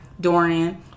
Dorian